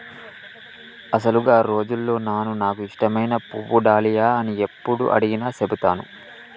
అసలు గా రోజుల్లో నాను నాకు ఇష్టమైన పువ్వు డాలియా అని యప్పుడు అడిగినా సెబుతాను